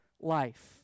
life